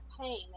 pain